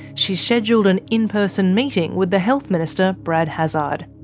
she's scheduled an in-person meeting with the health minister brad hazzard.